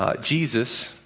Jesus